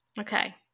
Okay